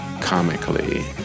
comically